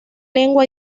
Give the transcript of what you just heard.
lengua